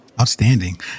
Outstanding